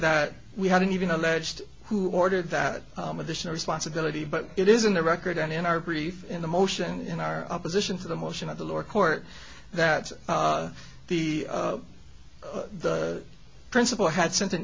that we hadn't even alleged who ordered that additional responsibility but it is in the record and in our brief in the motion in our opposition to the motion of the lower court that the principal had sent an